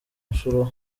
nshuro